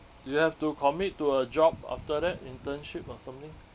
you have to commit to a job after that internship or something